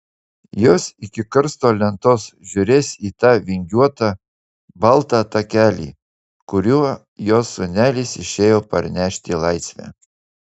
jos iki karsto lentos žiūrės į tą vingiuotą baltą takelį kuriuo jos sūnelis išėjo parnešti laisvę